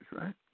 right